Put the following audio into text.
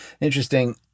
interesting